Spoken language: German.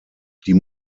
die